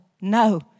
no